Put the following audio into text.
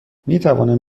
میتوانم